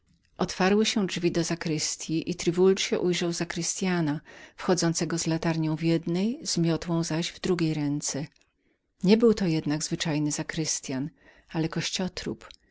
otwarły się drzwi od zakrystyi i triwuld ujrzał zakrystyana wchodzącego z latarnią w jednej z miotłą zaś w drugiej ręce nie był to jednak zwyczajny zakrystyan ale